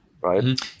right